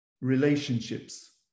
relationships